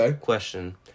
question